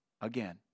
Again